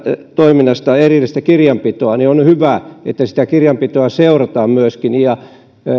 toiminnasta erillistä kirjanpitoa on hyvä ja se että sitä kirjanpitoa seurataan myöskin